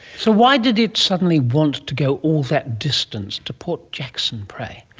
so why did it suddenly want to go all that distance to port jackson, pray?